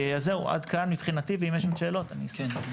זהו, עד כאן מבחינתי ואם יש עוד שאלות, אני אשמח.